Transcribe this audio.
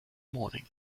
morning